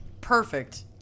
Perfect